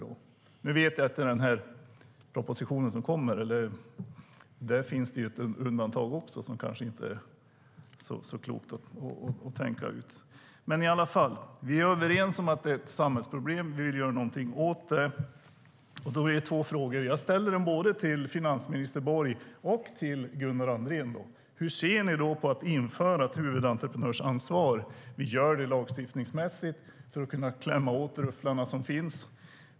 Jag vet att det i propositionen som kommer också finns ett undantag som kanske inte är så klokt. Vi är i alla fall överens om att det är ett samhällsproblem och att vi vill göra något åt det. Då har jag två frågor som jag ställer både till finansminister Borg och till Gunnar Andrén. Hur ser ni på att införa ett huvudentreprenörsansvar i lagstiftningen för att kunna klämma åt de rufflare som finns?